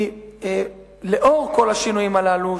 היא לאור כל השינויים הללו,